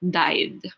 died